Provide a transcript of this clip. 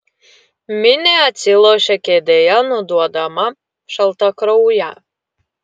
minė atsilošė kėdėje nuduodama šaltakrauję